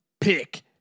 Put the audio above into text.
Pick